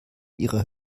ihre